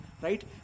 right